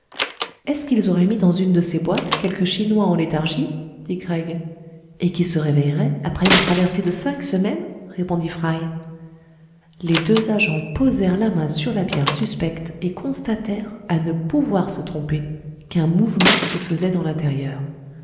est-ce qu'ils auraient mis dans une de ces boîtes quelque chinois en léthargie dit craig et qui se réveillerait après une traversée de cinq semaines répondit fry les deux agents posèrent la main sur la bière suspecte et constatèrent à ne pouvoir se tromper qu'un mouvement se faisait dans l'intérieur